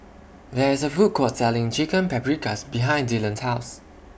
There IS A Food Court Selling Chicken Paprikas behind Dylon's House